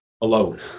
alone